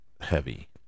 Heavy